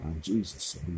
Jesus